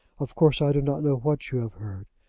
of course i do not know what you have heard,